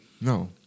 no